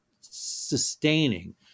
sustaining